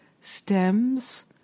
stems